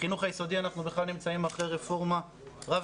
בחינוך היסודי אנחנו בכלל נמצאים אחרי רפורמה רב